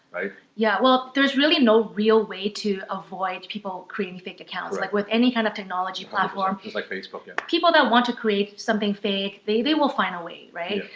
yeah there's really no real way to avoid people creating fake accounts. like with any kind of technology platform. just like facebook. yeah people that want to create something fake, they they will find a way, right?